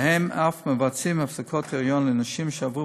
והם אף מבצעים הפסקות היריון לנשים שעברו